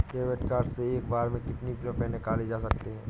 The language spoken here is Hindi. डेविड कार्ड से एक बार में कितनी रूपए निकाले जा सकता है?